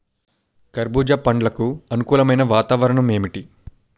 కర్బుజ పండ్లకు అనుకూలమైన వాతావరణం ఏంటి?